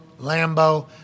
Lambo